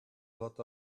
lot